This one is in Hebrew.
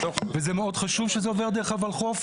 וזה מאוד חשוב שזה עובר דרך הולחו"ף,